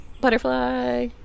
Butterfly